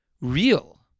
real